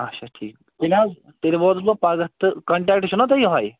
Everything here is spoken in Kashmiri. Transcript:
اچھا ٹھیٖک وۄنۍ حظ تیٚلہِ ووتُس بہٕ پگاہ تہٕ کَنٹیکٹ چھُو نا تۄہہِ یِہوٚے